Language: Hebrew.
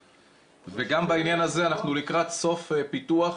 וגם בעניין הזה אנחנו לקראת סוף פיתוח,